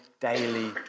daily